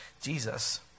Jesus